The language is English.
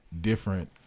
different